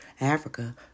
Africa